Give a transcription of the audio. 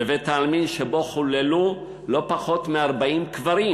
בבית-העלמין שבו חוללו לא פחות מ-40 קברים,